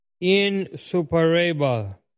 insuperable